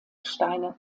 steine